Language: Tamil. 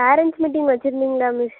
பேரெண்ட்ஸ் மீட்டிங் வச்சிருந்திங்களா மிஸ்